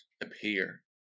appear